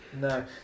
no